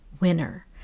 winner